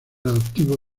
adoptivo